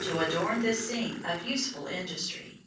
to adorn this scene of useful industry